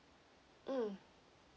mm